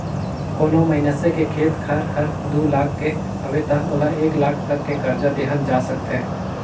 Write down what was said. कोनो मइनसे के खेत खार हर दू लाख के हवे त ओला एक लाख तक के करजा देहल जा सकथे